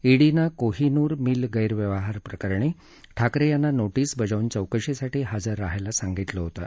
ईडीनं कोहीनूर मिल गैरव्यवहार प्रकरणी ठाकरे यांना नोटीस बजावून चौकशीसाठी इजर राहण्यास सांगितलं होतं